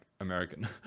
american